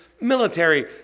military